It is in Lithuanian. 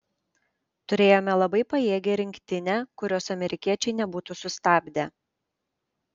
turėjome labai pajėgią rinktinę kurios amerikiečiai nebūtų sustabdę